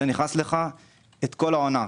זה נכנס לך לכל העונה,